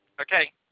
Okay